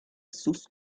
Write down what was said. sus